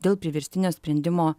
dėl priverstinio sprendimo